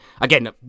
Again